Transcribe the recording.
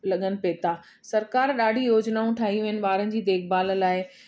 लगनि पई था सरकार ॾाढी योजनाऊं ठाहियूं आहिनि ॿारनि जी देखभालु लाइ